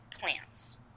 plants